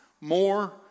more